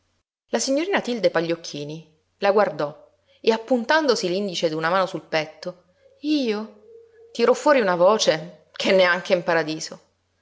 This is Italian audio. la signorina tilde pagliocchini la guardò e appuntandosi l'indice d'una mano sul petto io tirò fuori una voce che neanche in paradiso